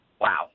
wow